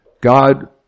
God